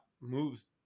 moves